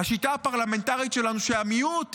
השיטה הפרלמנטרית שלנו שהמיעוט,